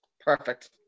Perfect